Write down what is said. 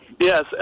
Yes